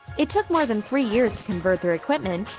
it took more than three years to convert their equipment,